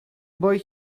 boy